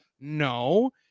no